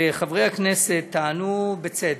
וחברי הכנסת טענו, בצדק,